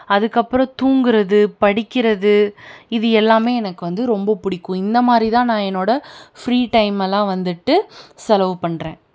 அதுக்கப்புறம் தூங்குவது படிக்கிறது இது எல்லாமே எனக்கு வந்து ரொம்ப பிடிக்கும் இந்தமாதிரிதான் நான் என்னோடய ஃப்ரீ டைமெல்லாம் வந்துட்டு செலவு பண்ணுறேன்